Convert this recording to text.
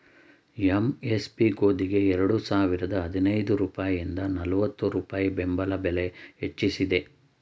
MSP ಗೋದಿಗೆ ಎರಡು ಸಾವಿರದ ಹದಿನೈದು ರೂಪಾಯಿಂದ ನಲ್ವತ್ತು ರೂಪಾಯಿ ಬೆಂಬಲ ಬೆಲೆ ಹೆಚ್ಚಿಸಿದೆ